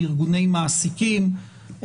ארגוני מעסיקים,